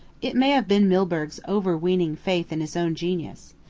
it may have been milburgh's overweening faith in his own genius.